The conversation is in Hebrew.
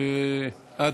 שאת